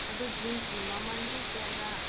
ꯑꯗꯨ ꯖꯤꯟꯁꯀꯤ ꯃꯃꯜꯗꯤ ꯀꯌꯥꯔ